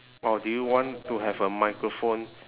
!wow! do you want to have a microphone